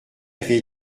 avait